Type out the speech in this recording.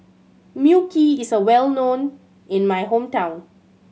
Mui Kee is well known in my hometown